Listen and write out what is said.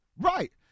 right